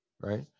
right